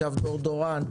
דיאודורנט,